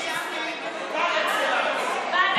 אני הצבעתי בעד, בטעות.